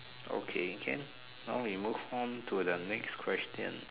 okay can now we move on to the next question